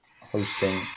hosting